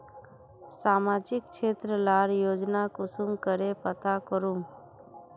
सामाजिक क्षेत्र लार योजना कुंसम करे पता करूम?